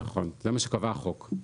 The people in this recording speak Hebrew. נכון, זה מה שקבע החוק.